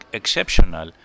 exceptional